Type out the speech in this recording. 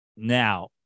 Now